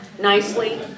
nicely